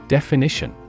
Definition